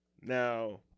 Now